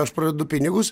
aš prarandu pinigus